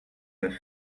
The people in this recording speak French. neuf